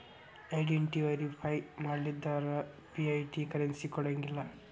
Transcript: identity verify ಮಾಡ್ಲಾರ್ದ fiat currency ಕೊಡಂಗಿಲ್ಲಾ